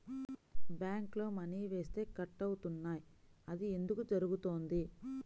బ్యాంక్లో మని వేస్తే కట్ అవుతున్నాయి అది ఎందుకు జరుగుతోంది?